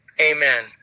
amen